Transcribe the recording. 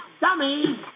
dummy